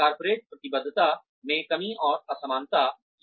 corporate प्रतिबद्धता में कमी और असमानता है